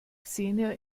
xenia